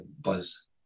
buzz